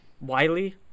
wiley